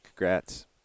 congrats